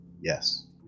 yes